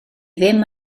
ddim